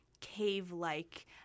cave-like